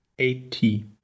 Eighty